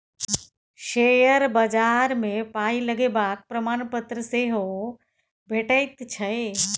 share बजार मे पाय लगेबाक प्रमाणपत्र सेहो भेटैत छै